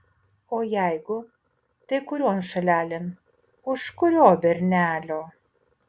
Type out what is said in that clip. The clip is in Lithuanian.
o jeigu tai kurion šalelėn už kurio bernelio